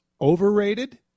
overrated